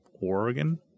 Oregon